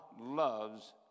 loves